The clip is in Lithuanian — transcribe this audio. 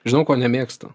žinau ko nemėgstu